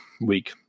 week